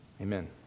Amen